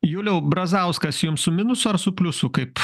juliau brazauskas jum su minusu ar su pliusu kaip